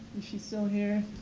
is she still here?